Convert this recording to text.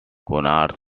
konrad